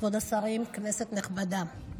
כבוד השרים, כנסת נכבדה,